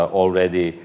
already